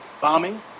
bombing